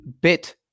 bit